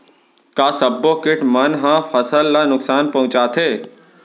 का सब्बो किट मन ह फसल ला नुकसान पहुंचाथे?